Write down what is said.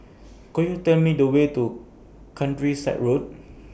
Could YOU Tell Me The Way to Countryside Road